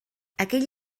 aquell